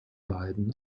beiden